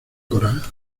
coral